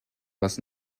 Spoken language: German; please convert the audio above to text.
was